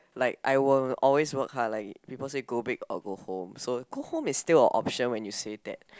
like I will always work hard like people say go big or go home so go home is still a option when you say that